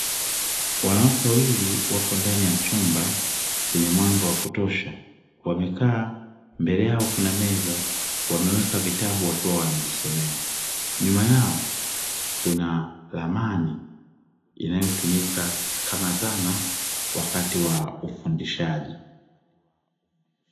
Wanawake wawili wapo ndani ya chumba chenye mwanga wa kutosha wamekaa mbele yao kuna meza wameweka vitabu wakiwa wanajisomea, nyuma yao kuna ramani inayotumika kana dhana wakati wa ufundishaji.